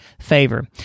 favor